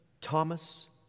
Thomas